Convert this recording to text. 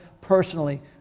personally